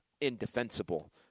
indefensible